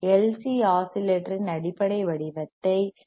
C ஆஸிலேட்டரின் அடிப்படை வடிவத்தை ஏ